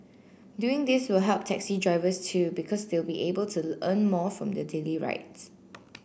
doing this will help taxi drivers too because they'll be able to earn more from their daily rides